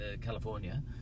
California